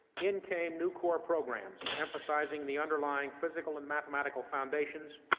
in came new core programs emphasizing the underlying physical and mathematical foundations,